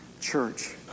church